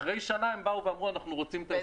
אחרי שנה הם באו ואמרו שהם רוצים את ההסכם הזה.